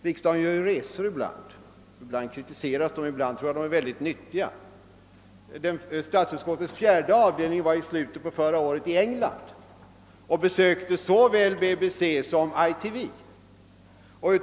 Riksdagen gör ju ibland resor som stundom kritiseras men som jag tror någon gång kan vara mycket nyttiga. Statsutskottets fjärde avdelning var i slutet av förra året i England och besökte såväl BBC som ITA.